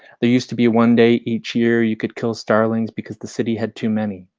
there used to be one day each year you could kill starlings because the city had too many.